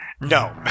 no